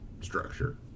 structure